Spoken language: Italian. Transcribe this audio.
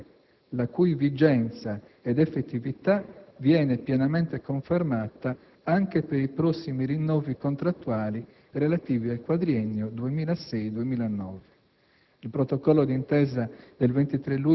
del luglio 1993, la cui vigenza ed effettività viene pienamente confermata anche per i prossimi rinnovi contrattuali relativi al quadriennio 2006-2009.